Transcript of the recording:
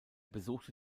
besuchte